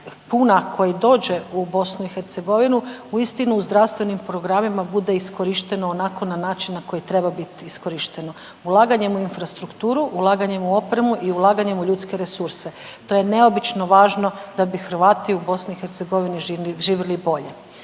kuna koji dođe u BiH, uistinu u zdravstvenim programima bude iskorištena onako na način koji treba biti iskorišteno, ulaganjem u infrastrukturu, ulaganjem u opremu i ulaganjem u ljudske resurse, to je neobično važno da bi Hrvati u BiH živjeli bolje.